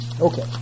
Okay